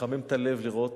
מחמם את הלב לראות.